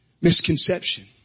misconception